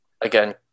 again